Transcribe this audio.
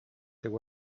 there